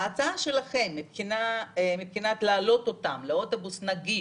ההצעה שלכם מבחינת להעלות אותם לאוטובוס נגיש,